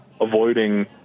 avoiding